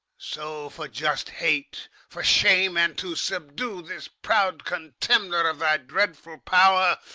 so, for just hate, for shame, and to subdue this proud contemner of thy dreadful power,